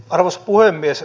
arvoisa puhemies